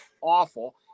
awful